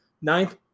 Ninth